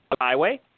Highway